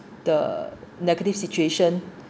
the negative situation